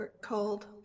called